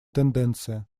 тенденция